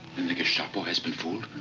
and the gestapo has been fooled?